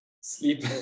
Sleep